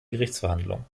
gerichtsverhandlung